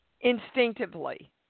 instinctively